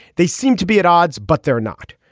they seem to be at odds but they're not.